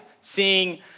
seeing